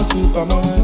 Superman